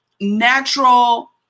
natural